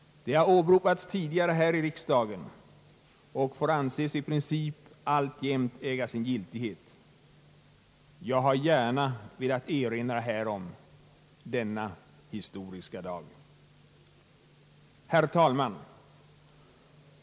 De har åberopats tidigare här i riksdagen och får i princip alltjämt anses äga sin giltighet. Jag har gärna velat erinra härom denna historiska dag. Herr talman!